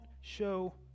show